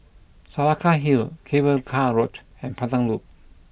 Saraca Hill Cable Car Road and Pandan Loop